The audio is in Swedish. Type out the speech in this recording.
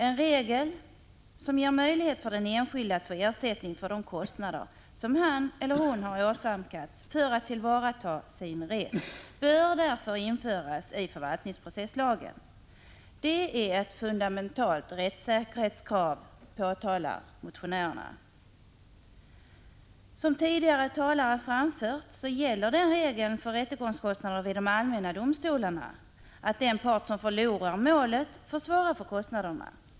En regelsom ger möjlighet för den enskilde att få ersättning för de kostnader som han eller hon har åsamkats för att tillvarata sin rätt bör därför införas i förvaltningsprocesslagen. Det är ett fundamentalt rättssäkerhetskrav, påpekar motionärerna. Som tidigare talare har framfört gäller för rättegångskostnaderna vid de allmänna domstolarna den regeln att den part som förlorar målet får svara för kostnaderna.